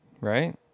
right